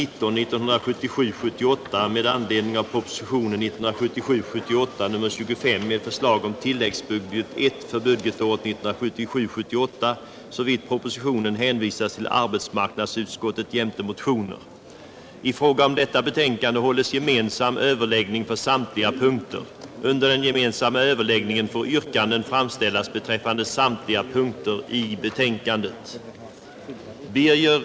1. uttala att eltaxan på Gotland i princip borde vara jämställd med förhållandena på fastlandet, 2. ge regeringen till känna vad som i övrigt anförts i motionen. 2. att riksdagen som sin mening gav regeringen till känna vad reservanterna i övrigt anfört.